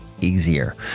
easier